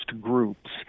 groups